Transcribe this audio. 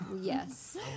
Yes